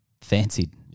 fancied